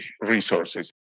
resources